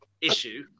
issue